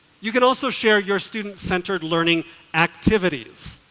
you can also share your student-centered learning activities.